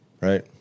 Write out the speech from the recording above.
Right